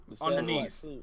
underneath